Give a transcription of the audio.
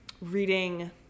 reading